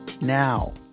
now